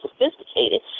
sophisticated